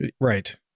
right